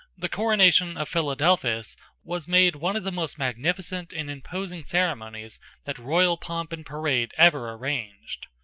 the coronation of philadelphus was made one of the most magnificent and imposing ceremonies that royal pomp and parade ever arranged.